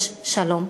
יש שלום,